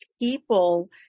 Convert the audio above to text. people